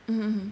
mm mm mm